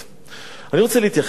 אני רוצה להתייחס גם,